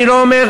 אני לא אומר,